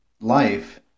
life